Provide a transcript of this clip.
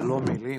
ללא מילים.